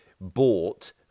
bought